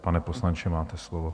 Pane poslanče, máte slovo.